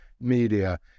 media